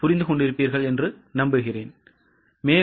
புரிந்து கொண்டீர்களா